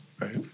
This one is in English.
right